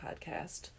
podcast